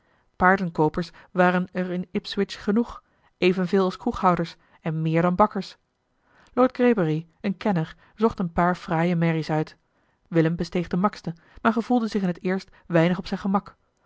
paardenkoopers waren er in ipswich genoeg evenveel als kroeghouders en meer dan bakkers lord greybury een kenner zocht een paar fraaie merries uit eli heimans willem roda willem besteeg de makste maar gevoelde zich in het eerst weinig op zijn gemak